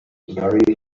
very